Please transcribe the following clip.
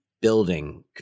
building